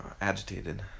agitated